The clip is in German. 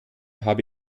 habe